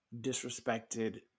disrespected